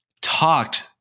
talked